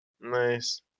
Nice